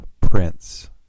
Prince